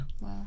Wow